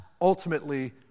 ultimately